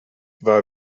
war